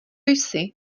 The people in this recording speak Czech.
jsi